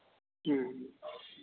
हाँ